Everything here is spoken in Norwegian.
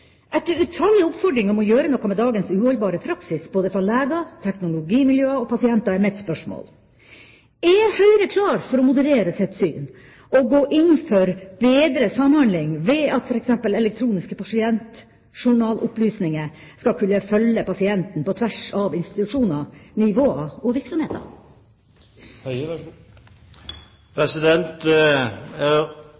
Etter utallige oppfordringer om å gjøre noe med dagens uholdbare praksis, både fra leger, teknologimiljøer og pasienter, er mitt spørsmål: Er Høyre klar for å moderere sitt syn og gå inn for bedre samhandling ved at f.eks. elektroniske pasientjournalopplysninger skal kunne følge pasienten på tvers av institusjoner, nivåer og